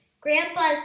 Grandpa's